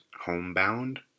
Homebound